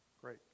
Great